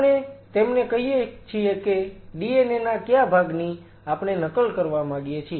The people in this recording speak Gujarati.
આપણે તેમને કહીએ છીએ કે DNA ના ક્યાં ભાગની આપણે નકલ કરવા માગીએ છીએ